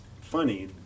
funny